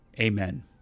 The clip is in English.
Amen